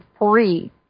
free